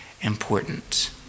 important